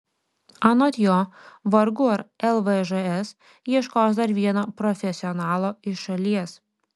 anot jo vargu ar lvžs ieškos dar vieno profesionalo iš šalies